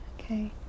Okay